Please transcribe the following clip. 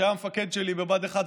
שהיה מפקד שלי בבה"ד 1,